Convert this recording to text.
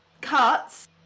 cuts